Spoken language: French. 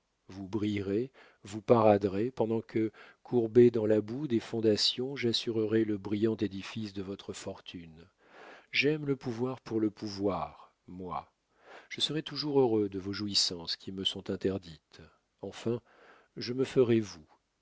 vous brillerez vous paraderez pendant que courbé dans la boue des fondations j'assurerai le brillant édifice de votre fortune j'aime le pouvoir pour le pouvoir moi je serai toujours heureux de vos jouissances qui me sont interdites enfin je me ferai vous